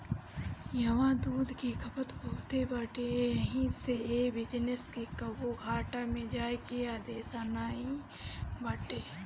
इहवा दूध के खपत बहुते बाटे एही से ए बिजनेस के कबो घाटा में जाए के अंदेशा नाई बाटे